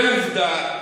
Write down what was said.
עובדה,